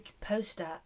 poster